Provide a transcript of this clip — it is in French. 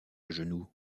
genoux